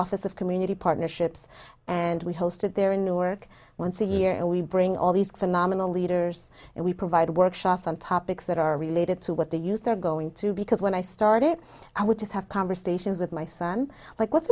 office of community partnerships and we hosted there in newark once a year and we bring all these phenomenal leaders and we provide workshops on topics that are related to what the youth are going to because when i started i would just have conversations with my son like what's